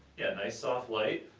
yeah, nice soft light.